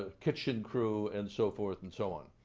ah kitchen crew, and so forth and so on.